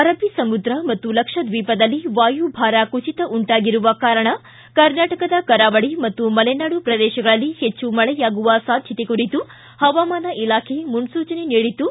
ಅರಬ್ಬ ಸಮುದ್ರ ಮತ್ತು ಲಕ್ಷ ದ್ವೀಪದಲ್ಲಿ ವಾಯುಭಾರ ಕುಸಿತ ಉಂಟಾಗಿರುವ ಕಾರಣ ಕರ್ನಾಟಕದ ಕರಾವಳಿ ಮತ್ತು ಮಲೆನಾಡು ಪ್ರದೇಶಗಳಲ್ಲಿ ಹೆಚ್ಚು ಮಳೆಯಾಗುವ ಸಾಧ್ಯತೆ ಕುರಿತು ಹವಾಮಾನ ಇಲಾಖೆ ಮುನ್ಲೂಚನೆ ನೀಡಿದ್ದು